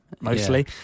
mostly